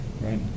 right